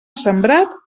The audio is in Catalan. sembrat